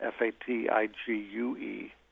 F-A-T-I-G-U-E